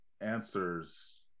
answers